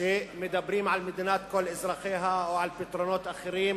באקדמיה שמדברים על מדינת כל אזרחיה או על פתרונות אחרים,